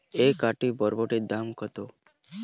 এক আঁটি বরবটির দাম কত?